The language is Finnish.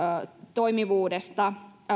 toimivuudesta